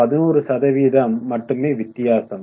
11 சதவீதம் மட்டுமே வித்தியாசம்